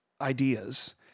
ideas